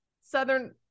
Southern